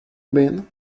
been